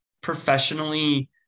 professionally